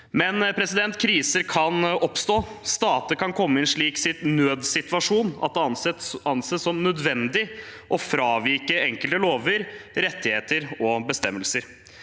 men kriser kan oppstå. Stater kan komme i en slik nødssituasjon at det anses som nødvendig å fravike enkelte lover, rettigheter og bestemmelser.